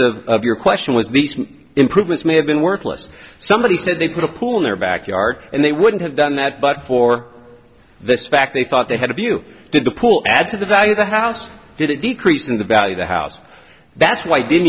premise of your question was these improvements may have been workless somebody said they put a pool in their backyard and they wouldn't have done that but for this fact they thought they had if you did the pool add to the value of the house did it decrease in the value the house that's why didn't